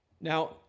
Now